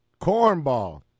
cornball